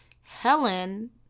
Helen